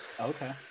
okay